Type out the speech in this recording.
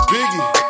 Biggie